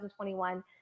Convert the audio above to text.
2021